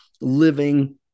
living